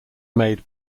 made